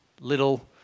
Little